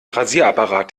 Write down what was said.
rasierapparat